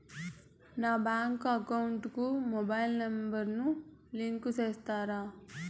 నా bank account కు mobile number ను లింకు చేస్తారా?